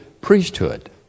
priesthood